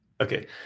Okay